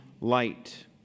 light